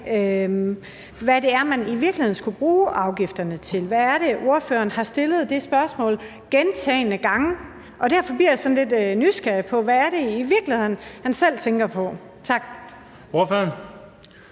hvad det er, man i virkeligheden skulle bruge afgifterne til. Ordføreren har stillet det spørgsmål gentagne gange. Derfor bliver jeg sådan lidt nysgerrig efter at høre, hvad det i virkeligheden er, han selv tænker på. Tak. Kl.